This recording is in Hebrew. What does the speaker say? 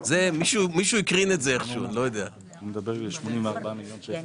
אני מזכיר לכולנו שכולכנו בוגריה,